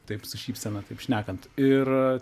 taip su šypsena kaip šnekant ir